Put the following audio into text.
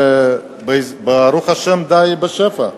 וברוך השם, די בשפע.